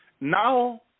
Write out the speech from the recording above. now